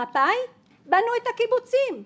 בנו את הקיבוצים,